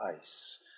ice